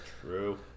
True